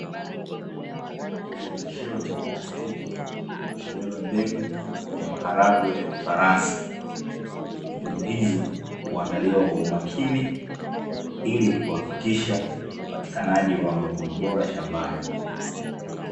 Kifungashio cha plastiki kilichobeba mbegu ya maharage ya kifaransa. Mbegu hizi huandaliwa kwa umakini, ili kuhakikisha upatikanaji wa mavuno bora shambani.